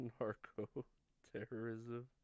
narco-terrorism